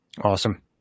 Awesome